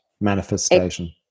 manifestation